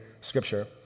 Scripture